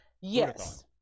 Yes